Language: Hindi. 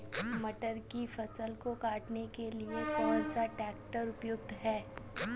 मटर की फसल को काटने के लिए कौन सा ट्रैक्टर उपयुक्त है?